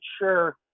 sure